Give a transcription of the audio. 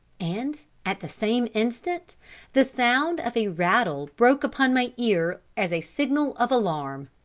and at the same instant the sound of a rattle broke upon my ear as a signal of alarm.